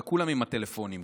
וכולם עם הטלפונים.